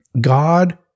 God